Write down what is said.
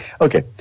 Okay